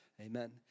Amen